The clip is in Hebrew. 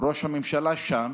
ראש הממשלה שם